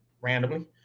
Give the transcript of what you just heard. randomly